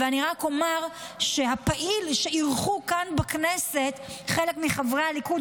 -- ורק אומר שהפעיל שאירחו כאן בכנסת חלק מחברי הליכוד,